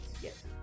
Yes